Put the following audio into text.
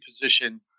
position